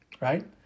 right